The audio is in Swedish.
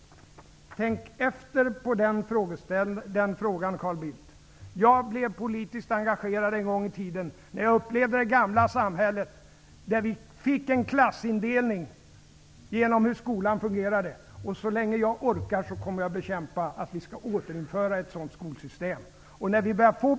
Tänk på den frågan, Carl Bildt. Jag blev politiskt engagerad en gång i tiden när jag upplevde det gamla samhället där vi fick en klassindelning som en följd av hur skolan fungerade. Så länge jag orkar kommer jag att bekämpa återinförandet av ett sådant skolsystem.